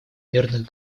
мирных